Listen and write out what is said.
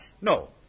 No